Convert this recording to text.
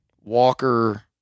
Walker